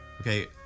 Okay